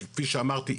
כפי שאמרתי,